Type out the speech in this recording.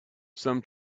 some